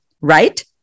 right